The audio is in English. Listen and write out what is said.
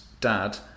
dad